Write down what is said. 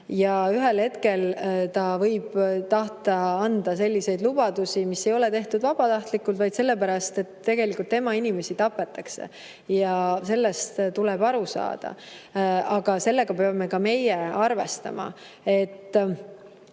Ja ühel hetkel ta võib tahta anda selliseid lubadusi, mis ei ole tehtud vabatahtlikult, vaid sellepärast, et tegelikult tema inimesi tapetakse. Sellest tuleb aru saada. Aga me peame sellega arvestama, et